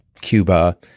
Cuba